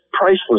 priceless